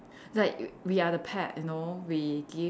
like we are the pet you know we give